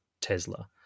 Tesla